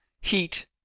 heat